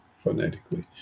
phonetically